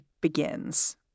begins